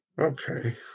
Okay